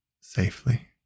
safely